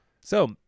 So-